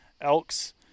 Elks